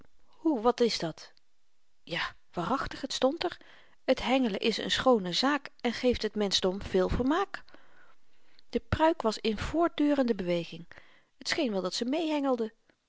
hoe wat is dat ja waarachtig t stond er het heng'len is een schoone zaak en geeft het menschdom veel vermaak de pruik was in voortdurende beweging t scheen wel dat ze